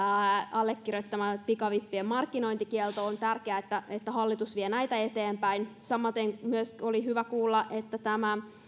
allekirjoittama pikavippien markkinointikielto on tärkeää että että hallitus vie näitä eteenpäin samaten oli hyvä kuulla myös että tämä